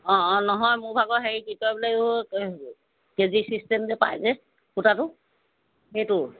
অঁ অঁ নহয় মোৰ ভাগৰ সেই কি কয় বোলে কে জি ছিষ্টেম যে পায় যে সূতাটো সেইটো